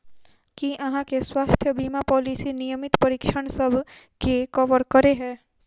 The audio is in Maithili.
की अहाँ केँ स्वास्थ्य बीमा पॉलिसी नियमित परीक्षणसभ केँ कवर करे है?